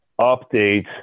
update